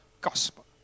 gospel